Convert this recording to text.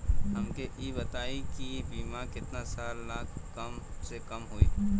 हमके ई बताई कि बीमा केतना साल ला कम से कम होई?